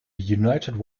united